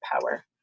power